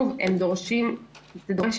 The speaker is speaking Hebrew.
זה דורש התנהלות